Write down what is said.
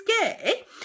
gay